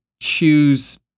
choose